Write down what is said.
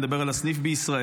אני מדבר על הסניף בישראל.